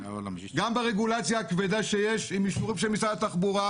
גם ברגולציה הכבדה שיש עם אישורים של משרד התחבורה